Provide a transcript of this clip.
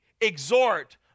exhort